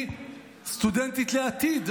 היא סטודנטית לעתיד,